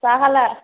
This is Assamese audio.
চাহ খালা